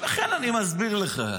לכן אני מסביר לך.